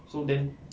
so then